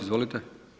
Izvolite.